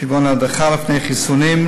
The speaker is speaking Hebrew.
כגון הדרכה לפני חיסונים,